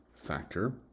factor